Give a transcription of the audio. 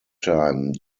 time